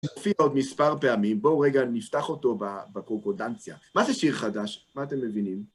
יופיע עוד מספר פעמים, בואו רגע נפתח אותו בקורקודנציה. מה זה שיר חדש? מה אתם מבינים?